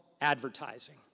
advertising